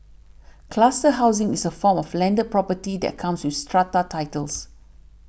cluster housing is a form of landed property that comes with strata titles